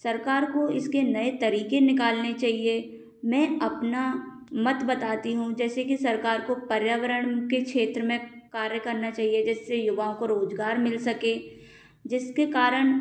सरकार को इसके नए तरीके निकालने चाहिए मैं अपना मत बताती हूँ जैसे कि सरकार को पर्यावरण के क्षेत्र में कार्य करना चाहिए जिससे युवाओं को रोजगार मिल सके जिसके कारण